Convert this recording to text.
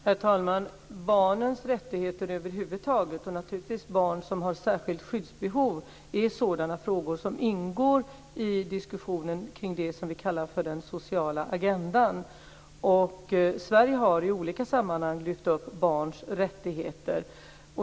Herr talman! Barnens rättigheter över huvud taget, och naturligtvis gäller dessa också barn som har särskilt skyddsbehov, är sådana frågor som ingår i diskussionen kring det vi kallar för den sociala agendan. Sverige har i olika sammanhang lyft upp barns rättigheter.